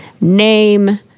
name